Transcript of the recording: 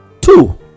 Two